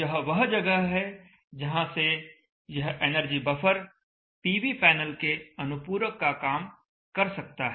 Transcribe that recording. यह वह जगह है जहां से यह एनर्जी बफर पीवी पैनल के अनुपूरक के रूप में काम कर सकता है